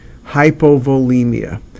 hypovolemia